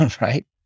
right